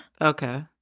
Okay